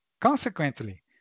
consequently